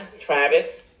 Travis